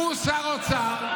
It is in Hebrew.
הוא היה שר האוצר,